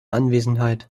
anwesenheit